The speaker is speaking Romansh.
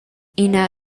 ina